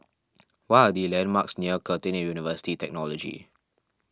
what are the landmarks near Curtin University Technology